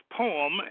poem